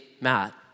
Matt